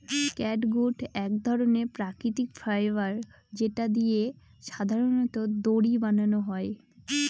catgut এক ধরনের প্রাকৃতিক ফাইবার যেটা দিয়ে সাধারনত দড়ি বানানো হয়